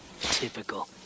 Typical